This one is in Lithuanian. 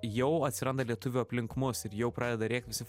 jau atsiranda lietuvių aplink mus ir jau pradeda rėkt visi